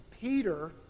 Peter